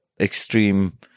extreme